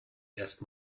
erst